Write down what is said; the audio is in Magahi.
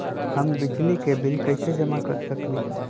हम बिजली के बिल कईसे जमा कर सकली ह?